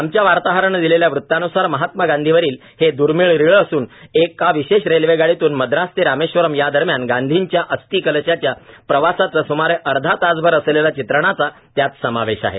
आमच्या वार्ताहरानं दिलेल्या वृतान्सार महात्मा गांधीवरील हे दुर्मीळ रिळ असून एका विशेष रेल्वेगाडीतून मद्रास ते रामेश्वरम या दरम्यान गांधीच्या अस्थी कलशाच्या प्रवासाच सुमारे अर्ध्या तासभर असलेले चित्रणाचा त्यात समावेश आहे